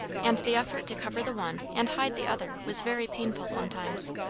and the effort to cover the one and hide the other was very painful sometimes.